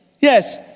Yes